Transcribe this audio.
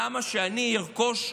למה שאני ארכוש,